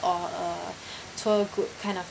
or a tour group kind of